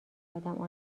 ادم